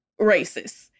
racists